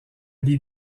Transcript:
lie